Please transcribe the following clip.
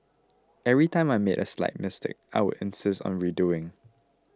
every time I made a slight mistake I would insist on redoing